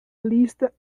lista